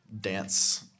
dance